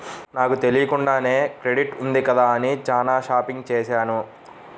నాకు తెలియకుండానే క్రెడిట్ ఉంది కదా అని చానా షాపింగ్ చేశాను